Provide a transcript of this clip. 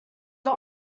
got